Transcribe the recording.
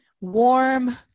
warm